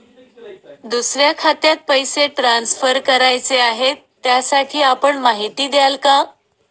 दुसऱ्या खात्यात पैसे ट्रान्सफर करायचे आहेत, त्यासाठी आपण माहिती द्याल का?